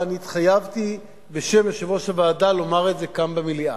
ואני התחייבתי בשם יושב-ראש הוועדה לומר את זה כאן במליאה,